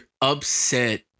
upset